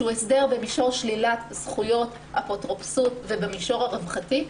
שהוא הסדר במישור שלילת זכויות אפוטרופסות ובמישור הרווחתי,